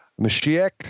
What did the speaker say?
Mashiach